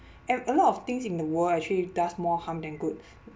and a lot of things in the world actually does more harm than good